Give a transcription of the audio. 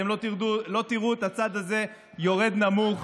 אתם לא תראו את הצד הזה יורד נמוך.